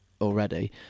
already